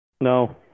No